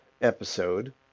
episode